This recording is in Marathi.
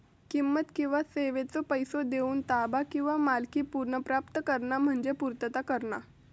किंमत किंवा सेवेचो पैसो देऊन ताबा किंवा मालकी पुनर्प्राप्त करणा म्हणजे पूर्तता करणा